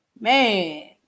Man